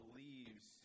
leaves